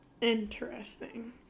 Interesting